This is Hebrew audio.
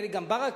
נדמה לי גם ברכה,